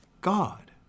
God